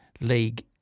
League